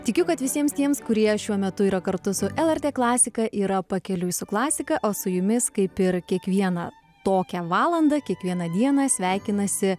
tikiu kad visiems tiems kurie šiuo metu yra kartu su lrt klasika yra pakeliui su klasika o su jumis kaip ir kiekvieną tokią valandą kiekvieną dieną sveikinasi